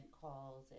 calls